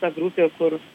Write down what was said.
ta grupė kur